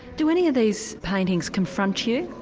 do any of these paintings confront you?